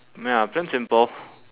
ya plan simple